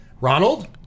Ronald